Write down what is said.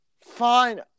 Fine